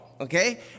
okay